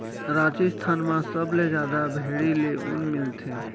राजिस्थान म सबले जादा भेड़ी ले ऊन मिलथे